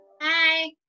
Hi